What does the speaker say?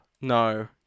No